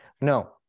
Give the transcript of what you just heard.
No